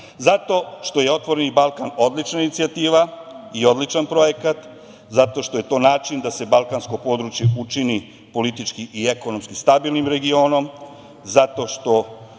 Zato što je „Otvoreni Balkan“ odlična inicijativa i odličan projekat, zato što je to način da se balkansko područje učini politički i ekonomski stabilnim regionom, zato što